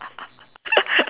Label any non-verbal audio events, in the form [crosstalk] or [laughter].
[laughs]